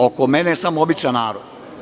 Oko mene je samo običan narod.